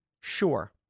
Sure